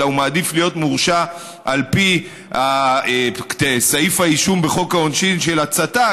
אלא הוא מעדיף להיות מורשע על פי סעיף האישום בחוק העונשין של הצתה,